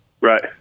Right